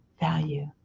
value